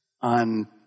on